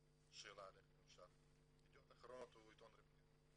שאלה אם אפשר, ידיעות אחרונות הוא עיתון רווחי?